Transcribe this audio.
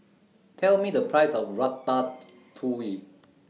Tell Me The Price of Ratatouille